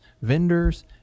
vendors